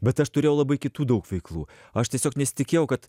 bet aš turėjau labai kitų daug veiklų aš tiesiog nesitikėjau kad